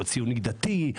או ציוני דתי,